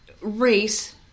race